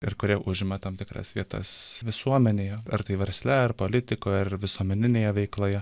ir kurie užima tam tikras vietas visuomenėje ar tai versle ar politikoje ar visuomeninėje veikloje